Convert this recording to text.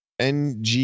NG